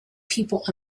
people